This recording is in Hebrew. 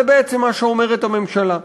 זה בעצם מה שאומרת הממשלה.